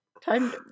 Time